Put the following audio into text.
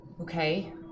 Okay